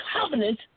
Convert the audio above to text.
covenant